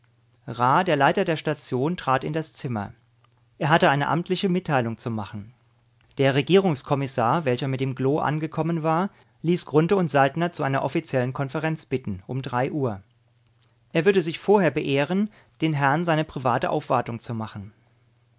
der leiter der station trat in das zimmer er hatte eine amtliche mitteilung zu machen der regierungskommissar welcher mit dem glo angekommen war ließ grunthe und saltner zu einer offiziellen konferenz bitten um drei uhr er würde sich vorher beehren den herrn seine private aufwartung zu machen